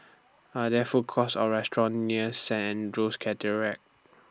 Are There Food Courts Or restaurants near Saint Andrew's Cathedral